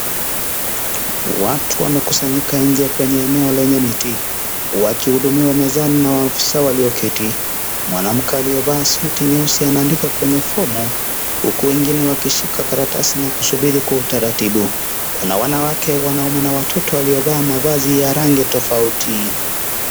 Watu wamekusanyika nje kwenye eneo ya miti. Wakihudumiwa mezani na maafisa walioketi. Mwanamke aliyevaa suti nyeusi anandika kwenye fomu huku wengine wakishika karatasi na kusubiri kwa utaratibu. Kuna wanaume, wanawake na watoto waliovaa mavazi ya rangi tofauti.